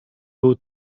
był